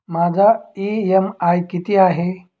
माझा इ.एम.आय किती आहे?